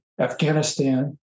Afghanistan